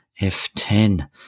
F10